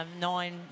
nine